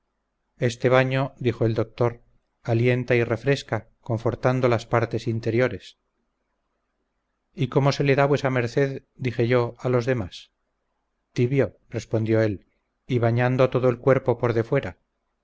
este baño dijo el doctor alienta y refresca confortando las partes interiores y cómo se le da vuesa merced dije yo a los demás tibio respondió él y bañando todo el cuerpo por de fuera